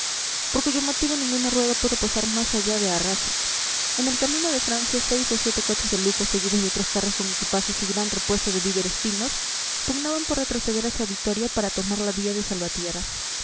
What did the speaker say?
por cuyo motivo ninguna rueda pudo pasar más allá de harrazo en el camino de francia seis o siete coches de lujo seguidos de otros carros con equipajes y gran repuesto de víveres finos pugnaban por retroceder hacia vitoria para tomar la vía de salvatierra